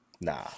Nah